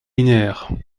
linéaires